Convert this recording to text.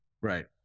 Right